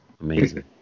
amazing